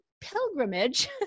pilgrimage